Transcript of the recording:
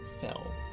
fell